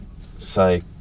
say